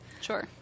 sure